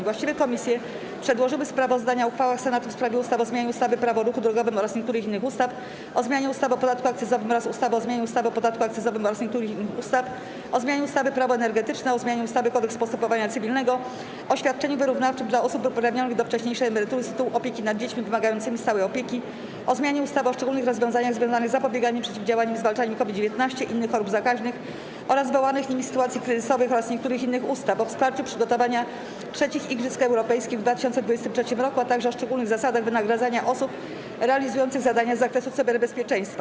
Właściwe komisje przedłożyły sprawozdania o uchwałach Senatu w sprawie ustaw: - o zmianie ustawy - Prawo o ruchu drogowym oraz niektórych innych ustaw, - o zmianie ustawy o podatku akcyzowym oraz ustawy o zmianie ustawy o podatku akcyzowym oraz niektórych innych ustaw, - o zmianie ustawy - Prawo energetyczne, - o zmianie ustawy - Kodeks postępowania cywilnego, - o świadczeniu wyrównawczym dla osób uprawnionych do wcześniejszej emerytury z tytułu opieki nad dziećmi wymagającymi stałej opieki, - o zmianie ustawy o szczególnych rozwiązaniach związanych z zapobieganiem, przeciwdziałaniem i zwalczaniem COVID-19, innych chorób zakaźnych oraz wywołanych nimi sytuacji kryzysowych oraz niektórych innych ustaw, - o wsparciu przygotowania III Igrzysk Europejskich w 2023 roku, - o szczególnych zasadach wynagradzania osób realizujących zadania z zakresu cyberbezpieczeństwa.